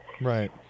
Right